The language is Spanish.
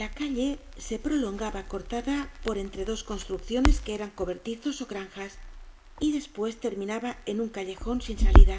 la calle se prolongaba cortada por entre dos construcciones que eran cobertizos ó granjas y despues terminaba en un callejon sin salida